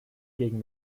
gegen